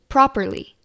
Properly